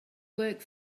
work